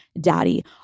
daddy